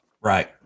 right